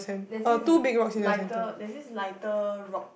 there's this lighter there's this lighter rock